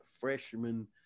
freshman